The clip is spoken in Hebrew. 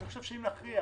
אני חושב שאם נכריע